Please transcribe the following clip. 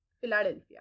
Philadelphia